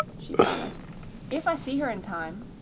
she promised if i see her in time.